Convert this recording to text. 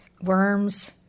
worms